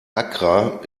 accra